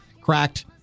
Cracked